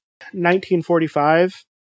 1945